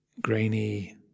grainy